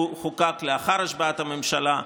הוא חוקק לאחר השבעת הממשלה.